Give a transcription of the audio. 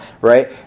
right